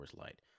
Light